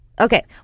Okay